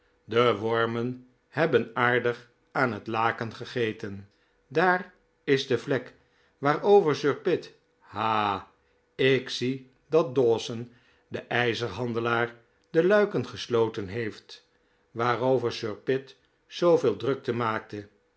de wormen hebben aardig aan het laken gegeten daar is de vlek waarover sir pitt ha ik zie dat dawson de ijzerhandelaar de luiken gesloten heeft waarover sir pitt zooveel drukte maakte